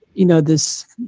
you know this.